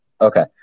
Okay